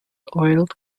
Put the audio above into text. oiled